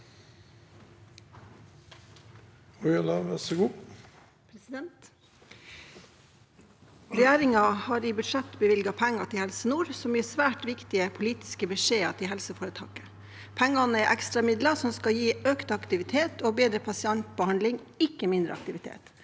Regjeringen har i bud- sjettet bevilget penger til Helse nord, som gir svært viktige politiske beskjeder til helseforetaket. Pengene er ekstramidler som skal gi økt aktivitet og bedre pasientbehandling, ikke mindre aktivitet,